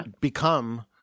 become